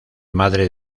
madre